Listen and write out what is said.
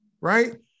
right